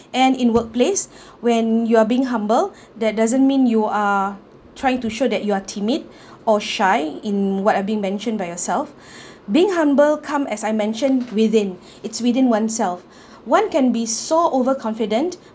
and in workplace when you're being humble that doesn't mean you are trying to show that you are timid or shy in what I've been mentioned by yourself being humble come as I mentioned within it's within oneself one can be so overconfident